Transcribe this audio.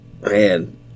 Man